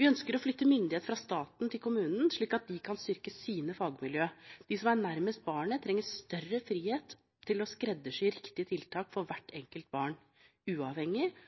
Vi ønsker å flytte myndighet fra staten til kommunene, slik at de kan styrke sine fagmiljøer. De som er nærmest barnet, trenger større frihet til å skreddersy riktige tiltak for hvert enkelt barn uavhengig